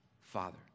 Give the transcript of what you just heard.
Father